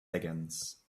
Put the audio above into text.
higgins